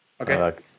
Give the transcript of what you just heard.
Okay